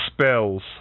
spells